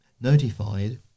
notified